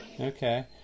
Okay